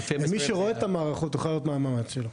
ומי שרואה את המערכות יוכל לדעת מה המעמד שלו.